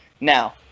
Now